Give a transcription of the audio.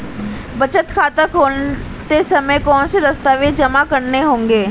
बचत खाता खोलते समय कौनसे दस्तावेज़ जमा करने होंगे?